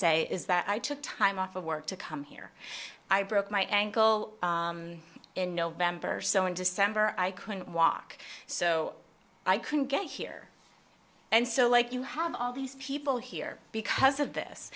say is that i took time off of work to come here i broke my ankle in november so in december i couldn't walk so i couldn't get here and so like you have all these people here because of this